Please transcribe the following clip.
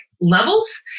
levels